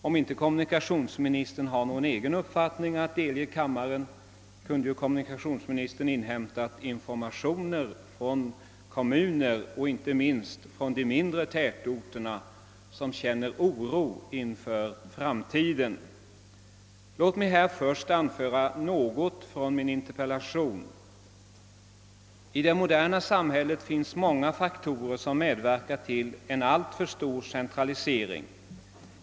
Om inte kommunikationsministern har någon egen uppfattning att delge kammaren, kunde han ha inhämtat informationer från kommunerna, inte minst från de mindre tätorterna, som känner oro inför framtiden. Låt mig först anföra några ord ur min interpellation! »I det moderna samhället finns många faktorer som medverkar till alltför stor centralisering.